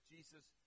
Jesus